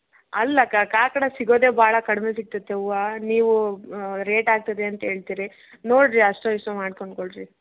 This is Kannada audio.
ಅಲ್ಲಕ್ಕ ಕಾಕಡಾ ಸಿಗೋದೇ ಬಹಳ ಕಡಿಮೆ ಸಿಗ್ತೈತೆ ಹೂವ ನೀವು ರೇಟ್ ಆಗ್ತದೆ ಅಂತ ಹೇಳ್ತೀರಿ ನೋಡಿರಿ ಅಷ್ಟೋ ಇಷ್ಟೋ ಮಾಡ್ಕೊಂಡು ಕೊಡಿರಿ